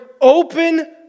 open